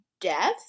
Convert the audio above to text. death